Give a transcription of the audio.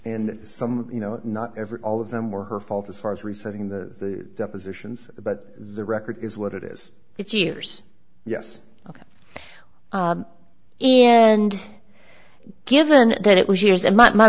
and some you know not every all of them were her fault as far as resetting the depositions but the record is what it is it's yours yes ok and given that it was yours and my